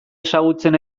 ezagutzen